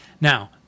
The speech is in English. Now